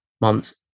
months